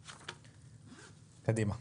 קדימה.